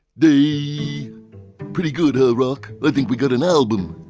the pretty good holbrooke. i think we got an album